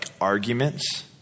arguments